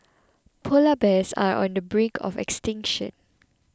Polar Bears are on the brink of extinction